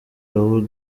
raúl